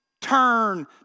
Turn